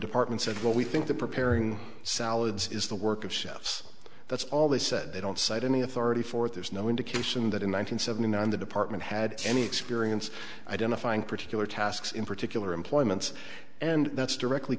department said well we think that preparing salads is the work of chefs that's all they said they don't cite any authority for it there's no indication that in one hundred seventy nine the department had any experience identifying particular tasks in particular employment and that's directly